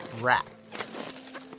rats